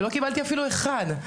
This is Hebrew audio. ולא קיבלתי אפילו אחד,